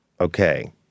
okay